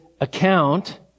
account